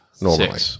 normally